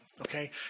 Okay